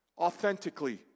authentically